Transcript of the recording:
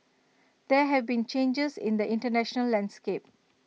there have been changes in the International landscape